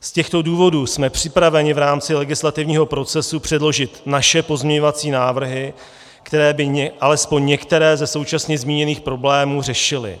Z těchto důvodů jsme připraveni v rámci legislativního procesu předložit naše pozměňovací návrhy, které by alespoň některé ze současně zmíněných problémů řešily.